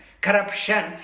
corruption